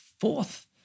fourth